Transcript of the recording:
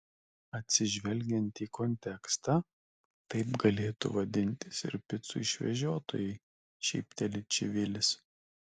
atsižvelgiant į kontekstą taip galėtų vadintis ir picų išvežiotojai šypteli čivilis